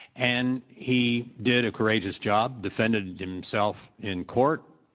and he did a courageous job, defended himself in court.